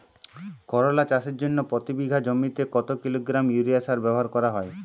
করলা চাষের জন্য প্রতি বিঘা জমিতে কত কিলোগ্রাম ইউরিয়া সার ব্যবহার করা হয়?